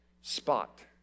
spot